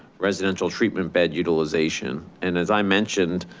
residential treatment bed utilization. and as i mentioned,